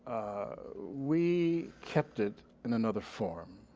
we kept it in another form,